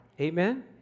Amen